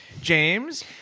James